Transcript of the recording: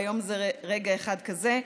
והיום זה רגע אחד כזה,